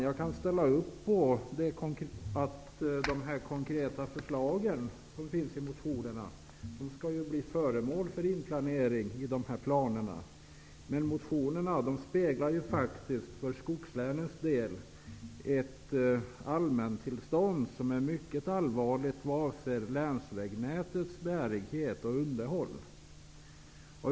Jag kan ställa upp på att de konkreta förslag som finns i motionerna skall ingå i planerna, men motionerna speglar faktiskt för skogslänens del ett allmäntillstånd som är mycket allvarligt vad avser länsvägnätets bärighet och underhåll.